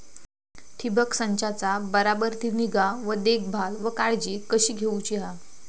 ठिबक संचाचा बराबर ती निगा व देखभाल व काळजी कशी घेऊची हा?